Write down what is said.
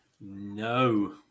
No